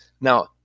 Now